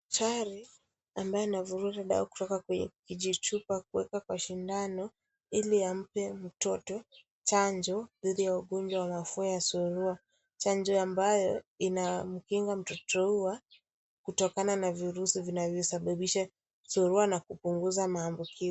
Daktari ambaye anafuruta dawa kutoka kwenye kijiichupa kuweka kwa sindano, ili ampe mtoto chanjo dhidi ya mafua ya surua. Chanjo ambayo, inamkinga mtoto huyo kutokana na virusi vina yosababisha surua na kupunguza maambukizi.